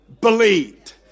believed